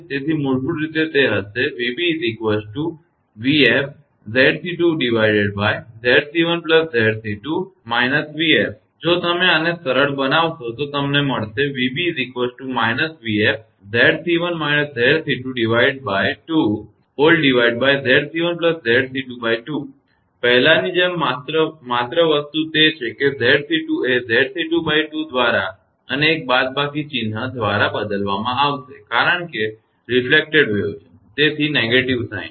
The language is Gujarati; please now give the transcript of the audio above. તેથી મૂળભૂત રીતે તે હશે જો તમે આને સરળ બનાવશો તો તમને મળશે પહેલાંની જેમ માત્ર વસ્તુ તે છે કે 𝑍𝑐2 એ 𝑍𝑐22 દ્વારા અને એક બાદબાકી ચિહ્ન દ્વારા બદલવામાં આવશે કારણ કે પ્રતિબિંબિત તરંગ છે તેથી નકારાત્મક ચિહ્ન